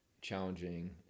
challenging